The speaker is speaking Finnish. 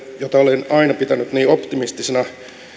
jota olen aina pitänyt niin optimistisena